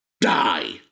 die